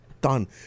Done